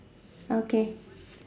okay